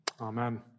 Amen